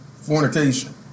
fornication